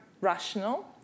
rational